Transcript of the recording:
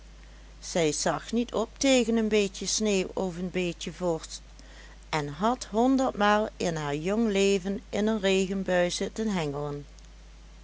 zij zag niet op tegen een beetje sneeuw of een beetje vorst en had honderdmaal in haar jong leven in een regenbui zitten hengelen